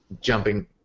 jumping